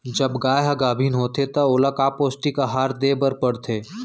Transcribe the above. जब गाय ह गाभिन होथे त ओला का पौष्टिक आहार दे बर पढ़थे?